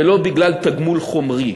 ולא בגלל תגמול חומרי.